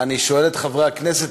אני שואל את חברי הכנסת,